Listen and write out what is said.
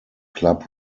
club